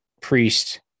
priest